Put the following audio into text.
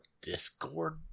Discord